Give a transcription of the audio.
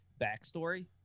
backstory